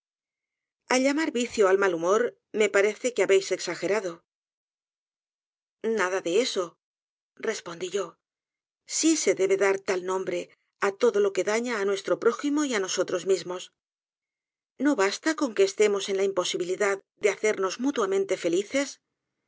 llamar vicio al mal humor me parece que habéis exagerado nada de eso respondí yo sí se debe dar tal nombre á todo lo que daña á nuestro prógimo y á nosotros mismos no basta con qne estemos en la imposibilidad de hacernos mutuamente felices